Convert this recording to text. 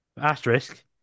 asterisk